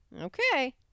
Okay